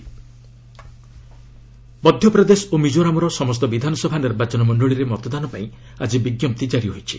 over all election Madhya Pradesh ଓ ମିଜୋରାମ୍ର ସମସ୍ତ ବିଧାନସଭା ନିର୍ବାଚନ ମଣ୍ଡଳିରେ ମତଦାନପାଇଁ ଆଜି ବିଜ୍ଞପ୍ତି ଜାରି ହୋଇଛି